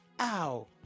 ow